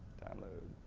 download